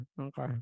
okay